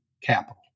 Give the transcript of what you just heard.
capital